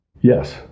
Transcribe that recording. Yes